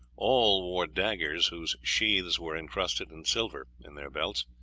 all wore daggers, whose sheaths were incrusted in silver, in their belts,